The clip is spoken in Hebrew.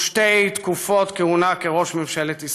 ובשתי תקופות כהונתו בתור ראש ממשלת ישראל.